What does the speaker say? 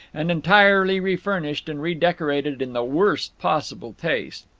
and entirely refurnished and redecorated in the worst possible taste.